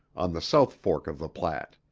on the south fork of the platte.